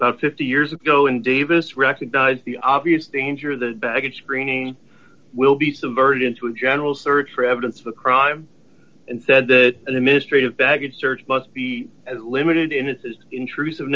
court fifty years ago in davis recognized the obvious danger that baggage screening will be subverted into a general search for evidence of the crime and said that an administrative baggage search must be limited in its is intrusive